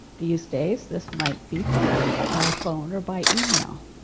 these days, this might be phone by phone or by email.